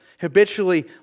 habitually